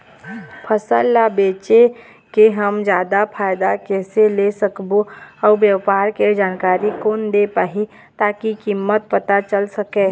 फसल ला बेचे के हम जादा फायदा कैसे ले सकबो अउ व्यापार के जानकारी कोन दे पाही ताकि कीमत पता चल सके?